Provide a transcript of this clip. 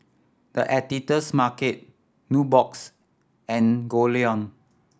The Editor's Market Nubox and Goldlion